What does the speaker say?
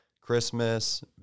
christmas